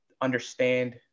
understand